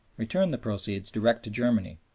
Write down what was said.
return the proceeds direct to germany.